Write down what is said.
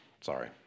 Sorry